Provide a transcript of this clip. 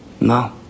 No